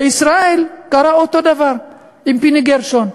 בישראל קרה אותו דבר עם פיני גרשון,